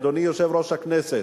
אדוני יושב-ראש הכנסת,